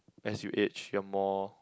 as you age you are more